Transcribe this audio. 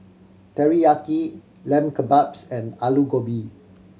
Teriyaki Lamb Kebabs and Alu Gobi